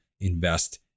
invest